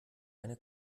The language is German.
eine